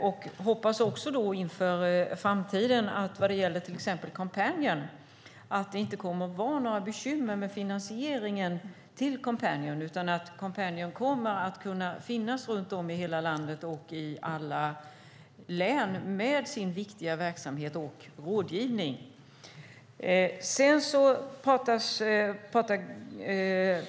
Inför framtiden hoppas vi till exempel när det gäller Coompanion att det inte kommer att vara några bekymmer med finansieringen utan att Coompanion kommer att kunna finnas runt om i hela landet, i alla län, med sin viktiga verksamhet och rådgivning.